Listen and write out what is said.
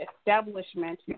establishment